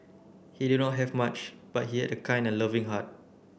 he did not have much but he had a kind and loving heart